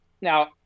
Now